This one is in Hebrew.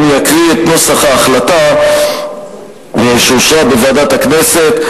אני אקריא את נוסח ההחלטה שאושרה בוועדת הכנסת: